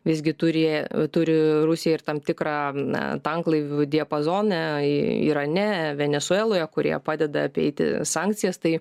visgi turi turi rusija ir tam tikrą na tanklaivių diapazone i irane venesueloje kurie padeda apeiti sankcijas tai